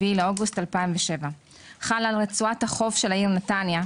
באוגוסט 2007. חלה על רצועת החוף של העיר נתניה,